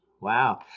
Wow